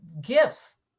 gifts